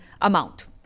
amount